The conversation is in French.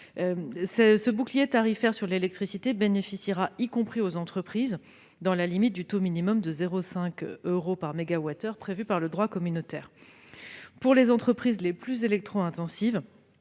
ce bouclier tarifaire sur l'électricité bénéficiera aussi aux entreprises, dans la limite d'un taux minimal de 0,50 euro par mégawattheure prévu par le droit communautaire. Pour les entreprises les plus électro-intensives,